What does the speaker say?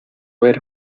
ver